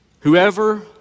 Whoever